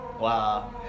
wow